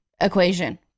equation